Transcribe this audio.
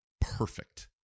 perfect